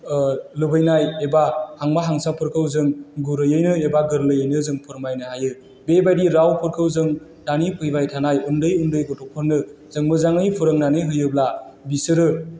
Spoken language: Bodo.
लुबैनाय एबा हांमा हांसाफोरखौ जों गुरैयैनो एबा गोरलैयैनो जों फोरमायनो हायो बेबायदि रावफोरखौ जों दानि फैबाय थानाय उन्दै उन्दै गथ'फोरनो जों मोजाङै फोरोंनानै होयोब्ला बिसोरो